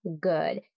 good